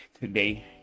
today